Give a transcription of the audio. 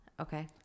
Okay